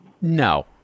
No